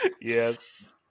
Yes